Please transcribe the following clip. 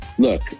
Look